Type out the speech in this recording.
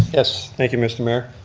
yes. thank you, mr. mayor.